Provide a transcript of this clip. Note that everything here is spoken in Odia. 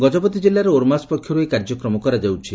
ଗଜପତି ଜିଲ୍ଲାରେ ଓର୍ମାସ୍ ପକ୍ଷରୁ ଏହି କାର୍ଯ୍ୟକ୍ରମ କରାଯାଉଛି